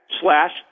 slash